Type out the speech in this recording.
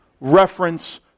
reference